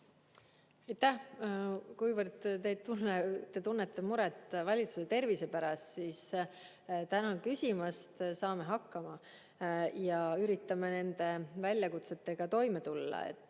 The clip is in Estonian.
Kuivõrd te tunnete muret valitsuse tervise pärast, siis tänan küsimast, saame hakkama ja üritame nende väljakutsetega toime tulla.